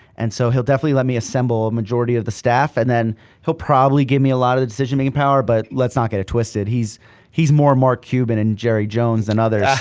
and so he'll definitely let me assemble majority of the staff, and then he'll probably give me a lot of the decision making power. but let's not get it twisted, he's he's more mark cuban and jerry jones than others,